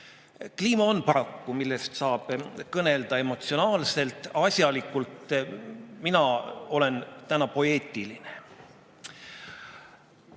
Kliima on paraku [teema], millest saab kõnelda emotsionaalselt, asjalikult. Mina olen täna poeetiline